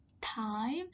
time